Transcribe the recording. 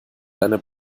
deine